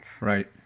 Right